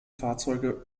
fahrzeuge